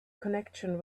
connection